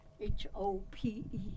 h-o-p-e